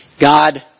God